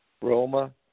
Roma